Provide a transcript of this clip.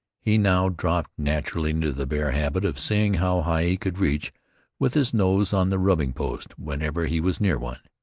he now dropped naturally into the bear habit of seeing how high he could reach with his nose on the rubbing-post, whenever he was near one.